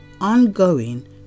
ongoing